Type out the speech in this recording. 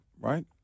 right